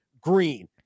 Green